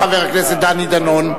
חבר הכנסת דני דנון.